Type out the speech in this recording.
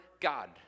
God